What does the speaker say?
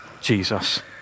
Jesus